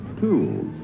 Tools